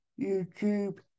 YouTube